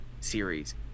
series